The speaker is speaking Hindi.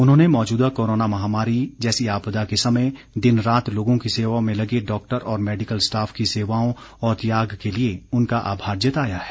उन्होंने मौजूदा कोरोना महामारी जैसी आपदा के समय दिन रात लोगों की सेवा में लगे डॉक्टर और मैडिकल स्टॉफ की सेवाओं और त्याग के लिए उनका आभार जताया है